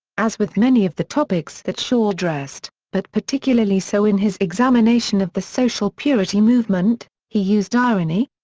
as with many of the topics that shaw addressed, but particularly so in his examination of the social purity movement, he used irony,